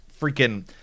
freaking